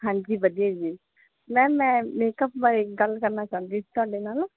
ਹਾਂਜੀ ਵਧੀਆ ਜੀ ਮੈਮ ਮੈਂ ਮੇਕਅਪ ਬਾਰੇ ਗੱਲ ਕਰਨਾ ਚਾਹੁੰਦੀ ਤੁਹਾਡੇ ਨਾਲ